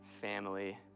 family